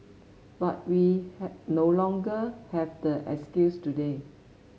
but we no longer have that excuse today